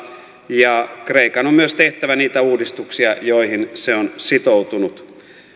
ja kreikan on myös tehtävä niitä uudistuksia joihin se on sitoutunut